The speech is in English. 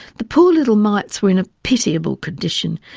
the poor little mites were in a pitiable condition.